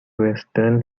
western